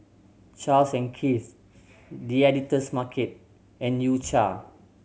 Charles and Keith The Editor's Market and U Cha